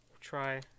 try